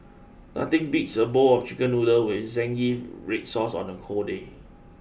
nothing beats a bowl of chicken noodles with zingy red sauce on a cold day